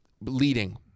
leading